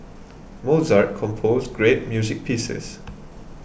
Mozart composed great music pieces